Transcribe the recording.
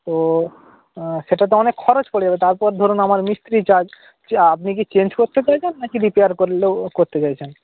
তো সেটাতে অনেক খরচ পড়ে যাবে তারপর ধরুন আমার মিস্ত্রি চার্জ আপনি কি চেঞ্জ করতে চাইছেন না কি রিপেয়ার করলেও করতে চাইছেন